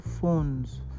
phones